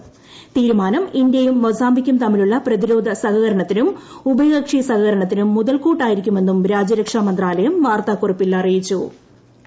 ത്രീരുമാന്ം ഇന്ത്യയും മൊസാബിക്കും തമ്മിലുളള പ്രതിരോധ ൃ ഉഭയകക്ഷി സഹകരണത്തിനും മുതൽക്കൂട്ടായിരിക്കുമെന്ന് രാജ്യരക്ഷാമന്ത്രാലയം വാർത്താക്കുറിപ്പിൽ അറിയിച്ചു്